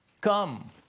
Come